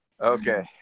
Okay